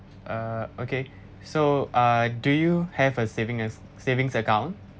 ah okay so ah do you have a saving as savings account